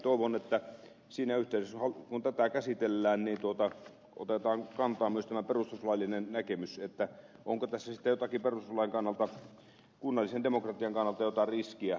toivon että siinä yhteydessä kun tätä käsitellään otetaan kantaa myös tähän perustuslailliseen näkemykseen onko tässä sitten perustuslain kannalta kunnallisen demokratian kannalta jotain riskiä